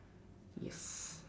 yes